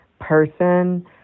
person